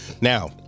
Now